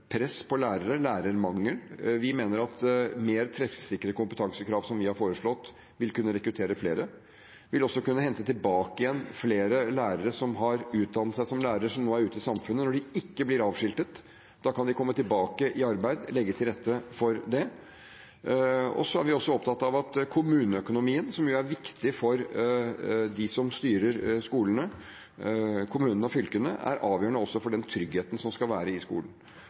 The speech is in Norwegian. press på lærere, lærermangel, og vi mener at mer treffsikre kompetansekrav, som vi har foreslått, vil kunne rekruttere flere. Vi vil også kunne hente tilbake igjen flere lærere som har utdannet seg som lærer, og som nå er ute i samfunnet – når de ikke blir avskiltet, da kan de komme tilbake i arbeid – og legge til rette for det. Vi er også opptatt av at kommuneøkonomien, som jo er viktig for dem som styrer skolene, kommunene og fylkene, også er avgjørende for den tryggheten som skal være i skolen.